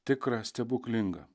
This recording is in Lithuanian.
tikra stebuklinga